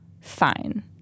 fine